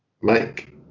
Mike